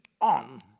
on